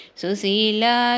susila